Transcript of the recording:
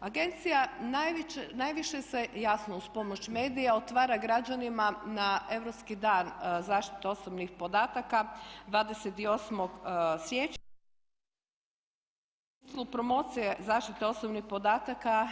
Agencije najviše se jasno uz pomoć medija otvara građanima na europski dan zaštite osobnih podataka 28. siječnja čak u smislu promocije zaštite osobnih podataka